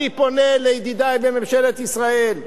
אני פונה לידידי בממשלת ישראל,